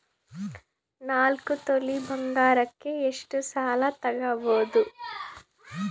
ನಾಲ್ಕು ತೊಲಿ ಬಂಗಾರಕ್ಕೆ ಎಷ್ಟು ಸಾಲ ತಗಬೋದು?